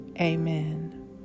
Amen